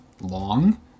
long